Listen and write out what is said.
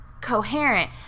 coherent